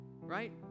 right